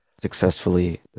successfully